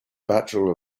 bachelor